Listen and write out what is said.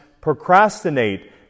procrastinate